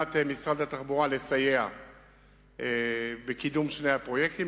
בכוונת משרד התחבורה לסייע בקידום שני הפרויקטים.